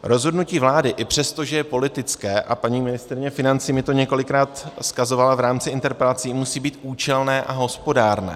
Rozhodnutí vlády, i přestože je politické, a paní ministryně financí mi to několikrát vzkazovala v rámci interpelací, musí být účelné a hospodárné.